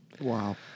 Wow